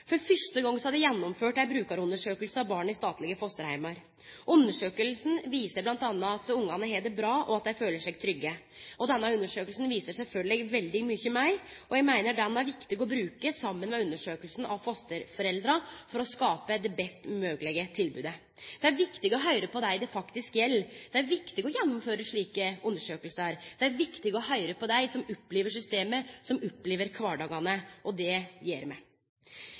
For fyrste gong er det gjennomført ei brukarundersøking av barn i statlege fosterheimar. Undersøkinga viser m.a. at ungane har det bra, og at dei føler seg trygge. Denne undersøkinga viser sjølvsagt veldig mykje meir, og ho er viktig å bruke saman med undersøkinga av fosterforeldra for å skape det best moglege tilbodet. Det er viktig å høyre på dei det faktisk gjeld, det er viktig å gjennomføre slike undersøkingar, det er viktig å høyre på dei som opplever systemet, som opplever kvardagane – og det gjer me.